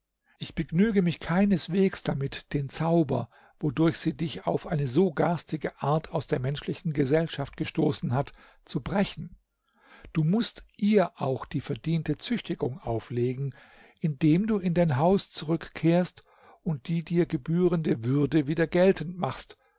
ich begnüge mich keineswegs damit den zauber wodurch sie dich auf eine so garstige art aus der menschlichen gesellschaft gestoßen hat zu brechen du mußt ihr auch die verdiente züchtigung auflegen indem du in dein haus zurückkehrst und die dir gebührende würde wieder geltend machst